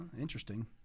Interesting